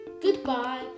goodbye